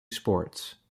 sports